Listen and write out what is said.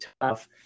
tough